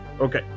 Okay